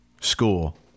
school